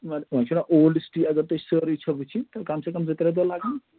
وۄنۍ وۄنۍ چھُنہٕ اولڈٕ سِٹی اگر تۄہہِ سٲرٕے چھو وٕچھِنۍ تہٕ کم سے کم زٕ ترٛےٚ دۄہ لَگَن